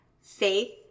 Faith